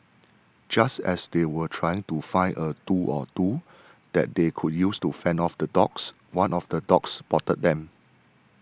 just as they were trying to find a tool or two that they could use to fend off the dogs one of the dogs spotted them